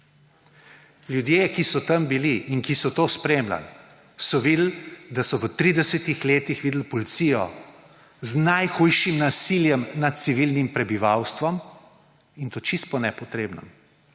Ljudje, ki so tam bili in ki so to spremljali, so videli, da so v tridesetih letih videli policijo z najhujšim nasiljem nad civilnim prebivalstvom. In to čisto po nepotrebnem.